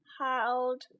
Harold